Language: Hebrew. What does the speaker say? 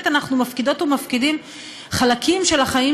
אנחנו מפקידות ומפקידים חלקים של החיים